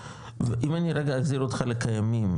ואם אני רגע אחזיר אותך לקיימים,